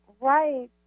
right